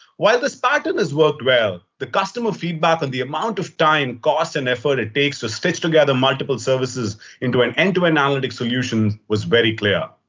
while this pattern has worked well, the customer feedback on the amount of time, cost, and effort it takes to stitch together multiple services into an end-to-end analytic solutions was very clear.